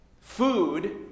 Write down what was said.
food